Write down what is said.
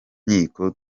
nkiko